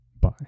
Bye